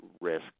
risk